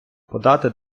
подати